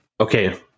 Okay